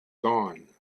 gone